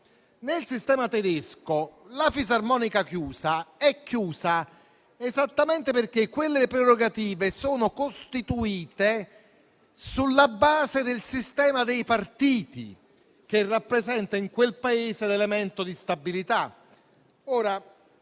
Nel sistema tedesco la fisarmonica è chiusa esattamente perché quelle prerogative sono costituite sulla base del sistema dei partiti che rappresenta in quel Paese l'elemento di stabilità.